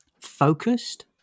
focused